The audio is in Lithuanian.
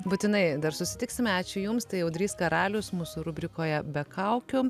būtinai dar susitiksime ačiū jums tai audrys karalius mūsų rubrikoje be kaukių